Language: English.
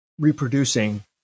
reproducing